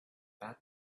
that